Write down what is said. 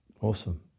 Awesome